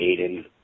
Aiden